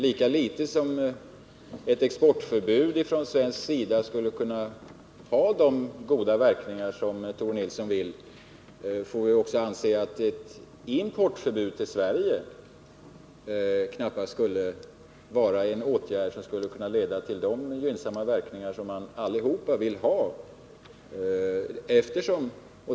Lika litet som ett svenskt exportförbud skulle kunna ha de goda verkningar som Tore Nilsson önskar skulle ett förbud mot import till Sverige knappast få de gynnsamma verkningar som alla önskar.